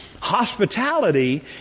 Hospitality